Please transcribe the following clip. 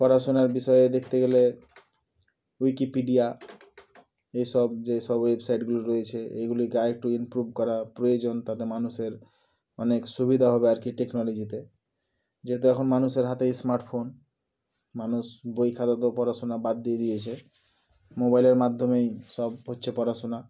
পড়াশোনার বিষয়ে দেখতে গেলে উইকিপিডিয়া এইসব যে সব ওয়েবসাইট গুলো রয়েছে এগুলিকে আরেকটু ইম্প্রুভ করা প্রয়োজন তাতে মানুষের অনেক সুবিধা হবে আর কি টেকনোলজিতে যেহেতু এখন মানুষের হাতেই স্মার্টফোন মানুষ বই খাতাতে পড়াশোনা বাদ দিয়ে দিয়েছে মোবাইলের মাধ্যমেই সব হচ্ছে পড়াশোনা